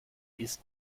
ist